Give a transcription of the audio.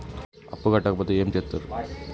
అప్పు కట్టకపోతే ఏమి చేత్తరు?